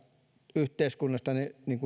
yhteiskunnasta